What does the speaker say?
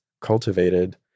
cultivated